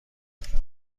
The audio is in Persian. لطفا